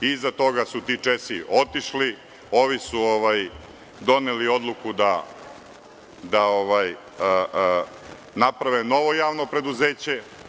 Iza toga su ti Česi otišli, ovi su doneli odluku da naprave novo javno preduzeće.